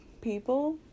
people